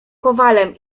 kowalem